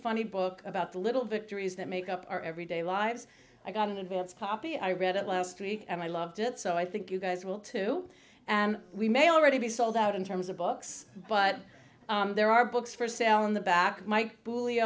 funny book about the little victories that make up our everyday lives i got an advance copy i read it last week and i loved it so i think you guys will too and we may already be sold out in terms of books but there are books for sale in the back